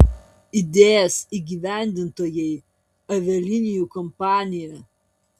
idėjos įgyvendintojai avialinijų kompanija